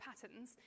patterns